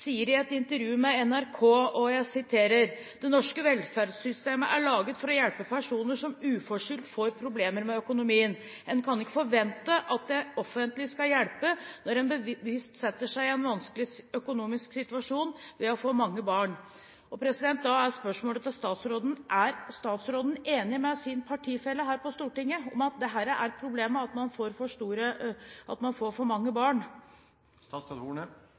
sier i et intervju med NRK: «Det norske velferdssystemet er laget for å hjelpe personer som uforskyldt får problemer med økonomien. En kan ikke forvente at det offentlige skal hjelpe når en bevisst setter seg i en vanskelig økonomisk situasjon ved å få mange barn.» Og da er spørsmålet til statsråden: Er statsråden enig med sin partifelle her på Stortinget i at dette er problemet, at man får for mange barn? Jeg registrerer at bekjempelse av barnefattigdom har vært et satsingsområde for